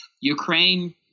Ukraine